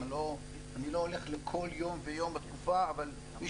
אני לא הולך לכל יום ויום בתקופה אבל מי